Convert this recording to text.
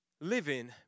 living